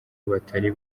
batari